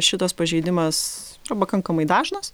šitas pažeidimas yra pakankamai dažnas